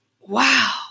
wow